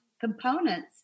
components